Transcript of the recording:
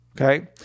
Okay